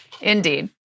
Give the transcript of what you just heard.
indeed